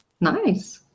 Nice